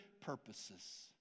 purposes